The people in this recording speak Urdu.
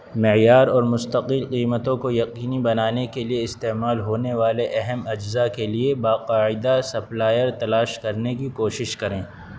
معیار اور مستقل قیمتوں کو یقینی بنانے کے لیے استعمال ہونے والے اہم اجزا کے لیے باقاعدہ سپلائر تلاش کرنے کی کوشش کریں